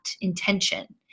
intention